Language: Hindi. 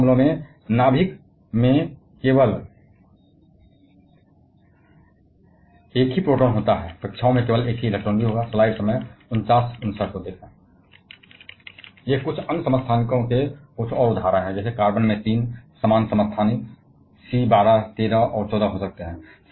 सभी मामलों में नाभिक में केवल एक ही प्रोटॉन होता है कक्षाओं में केवल एक ही इलेक्ट्रॉन होगा ये कुछ अन्य समस्थानिकों के कुछ और उदाहरण हैं जैसे कार्बन में 3 सामान्य समस्थानिक C 12 13 और 14 हो सकते हैं